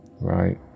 Right